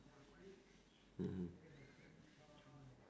mmhmm